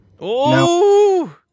No